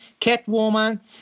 Catwoman